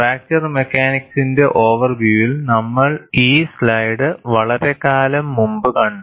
fracture മെക്കാനിക്സിന്റെ ഓവർ വ്യൂവിൽ നമ്മൾ ഈ സ്ലൈഡ് വളരെക്കാലം മുമ്പ് കണ്ടു